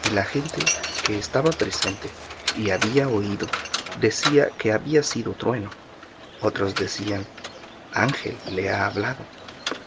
y la gente que estaba presente y había oído decía que había sido trueno otros decían angel le ha hablado